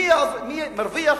מי מרוויח